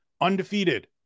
undefeated